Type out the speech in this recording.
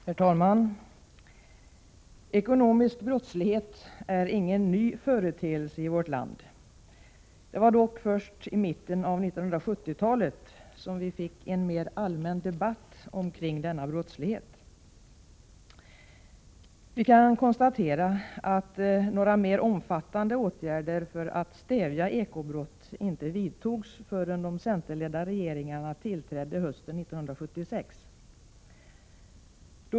Herr talman! Ekonomisk brottslighet är inte någon ny företeelse i vårt land. Det var dock först i mitten av 1970-talet som vi fick en mer allmän debatt kring denna brottslighet. Vi kan konstatera att några mer omfattande åtgärder för att stävja eko-brott vidtogs först i och med de centerledda regeringarna, varav den första tillträdde hösten 1976.